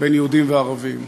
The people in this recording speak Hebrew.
בין יהודים וערבים.